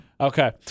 okay